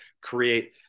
create